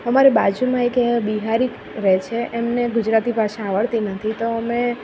અમારી બાજુમાં એક અહીંયા બિહારી રહે છે એમને ગુજરાતી ભાષા આવડતી નથી તો અમે